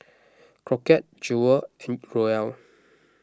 Crockett Jewel Roel